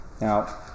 Now